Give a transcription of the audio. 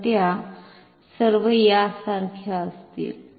तर त्या सर्व यासारख्या असतील